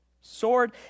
Sword